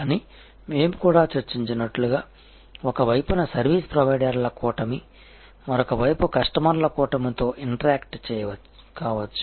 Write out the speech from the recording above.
కానీ మేము కూడా చర్చించినట్లుగా ఒక వైపున సర్వీస్ ప్రొవైడర్ల కూటమి మరొక వైపు కస్టమర్ల కూటమితో ఇంటరాక్ట్ కావచ్చు